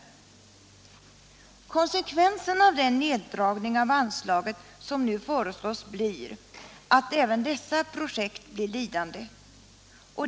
Den neddragning av anslaget som nu föreslås leder till att även dessa projekt blir lidande.